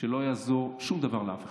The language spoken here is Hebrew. שלא יעזור שום דבר לאף אחד.